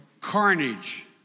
carnage